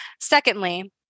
Secondly